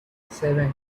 seven